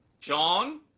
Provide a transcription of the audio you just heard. John